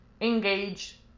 engage